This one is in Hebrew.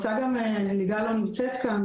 ליגל לא נמצאת כאן,